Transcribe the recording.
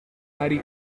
hari